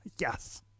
Yes